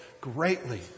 greatly